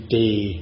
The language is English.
day